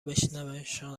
بشنومشان